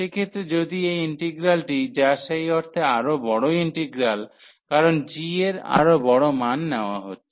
সেক্ষেত্রে যদি এই ইন্টিগ্রালটি যা সেই অর্থে আরও বড় ইন্টিগ্রাল কারণ g এর আরও বড় মান নেওয়া হচ্ছে